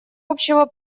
общего